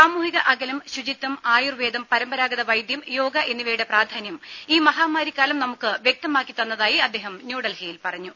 സാമൂഹിക അകലം ശുചിത്വം ആയുർവേദം പരമ്പരാഗത വൈദ്യം യോഗ എന്നിവയുടെ പ്രാധാന്യം ഈ മഹാമാരിക്കാലം നമുക്ക് വ്യക്തമാക്കിതന്നതായി അദ്ദേഹം ന്യൂഡൽഹിയിൽ പറഞ്ഞു